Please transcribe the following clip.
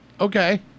Okay